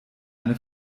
eine